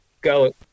go